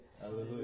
Hallelujah